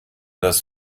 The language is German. das